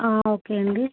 okay అండి